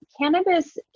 cannabis